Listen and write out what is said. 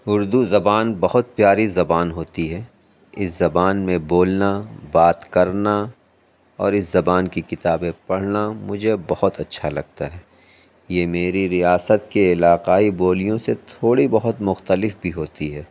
اُردو زبان بہت پیاری زبان ہوتی ہے اِس زبان میں بولنا بات کرنا اور اِس زبان کی کتابیں پڑھنا مجھے بہت اچھا لگتا ہے یہ میری ریاست کے علاقائی بولیوں سے تھوڑی بہت مختلف بھی ہوتی ہے